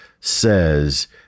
says